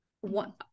one